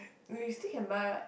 where we still can buy [what]